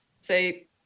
say